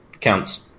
Counts